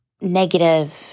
negative